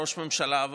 ראש ממשלה,